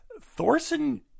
Thorson